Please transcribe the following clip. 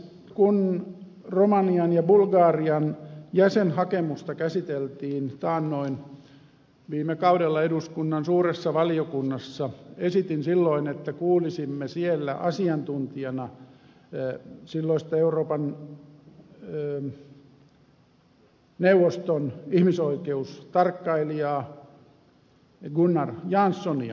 kun romanian ja bulgarian jäsenhakemusta käsiteltiin taannoin viime kaudella eduskunnan suuressa valiokunnassa esitin silloin että kuulisimme siellä asiantuntijana silloista euroopan neuvoston ihmisoikeustarkkailijaa gunnar janssonia ja niin myös tapahtui